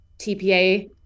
TPA